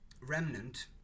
Remnant